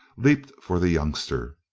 leaped for the youngster.